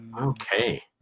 Okay